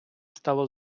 стало